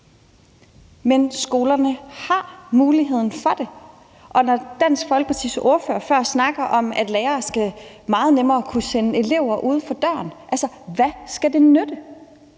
Men skolerne har muligheden for det. Dansk Folkepartis ordfører snakkede før om, at lærere meget nemmere skal kunne sende elever uden for døren. Altså, hvad skal det nytte?